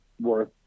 worth